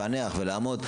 לפענח ולאמוד.